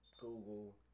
Google